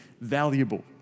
valuable